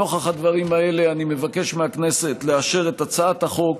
נוכח הדברים האלה אני מבקש מהכנסת לאשר את הצעת החוק.